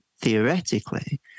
theoretically